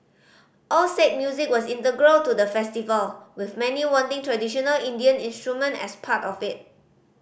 all said music was integral to the festival with many wanting traditional Indian instrument as part of it